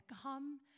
come